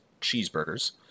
cheeseburgers